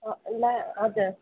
ए ला हजुर